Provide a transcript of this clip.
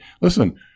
listen